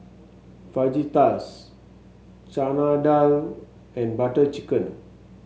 Fajitas Chana Dal and Butter Chicken